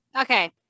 Okay